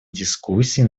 дискуссии